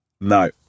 No